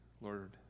Lord